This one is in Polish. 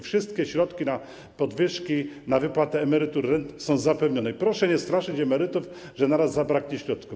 Wszystkie środki na podwyżki, na wypłatę emerytur, rent są zapewnione i proszę nie straszyć emerytów, że naraz zabraknie środków.